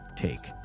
take